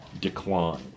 decline